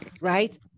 right